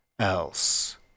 else